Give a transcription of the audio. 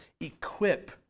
equip